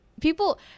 people